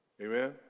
Amen